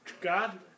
God